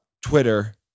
Twitter